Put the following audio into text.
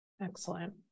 Excellent